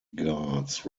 guards